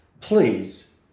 please